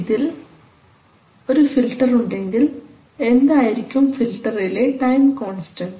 ഇതിൽ ഒരു ഫിൽറ്റർ ഉണ്ടെങ്കിൽ എന്തായിരിക്കും ഫിൽറ്ററിലെ ടൈം കോൺസ്റ്റൻസ്